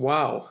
Wow